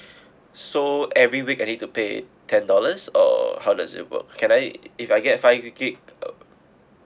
so every week I need to pay ten dollars or how does it work can I if I get five GB uh